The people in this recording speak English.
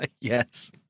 Yes